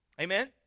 Amen